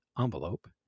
envelope